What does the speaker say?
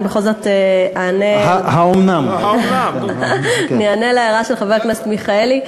אני בכל זאת אענה על ההערה של חבר הכנסת מיכאלי.